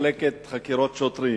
מחלקת חקירות שוטרים.